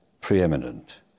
preeminent